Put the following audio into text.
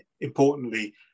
importantly